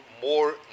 more